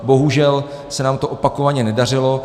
Bohužel se nám to opakovaně nedařilo.